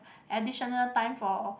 additional time for